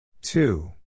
Two